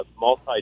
multi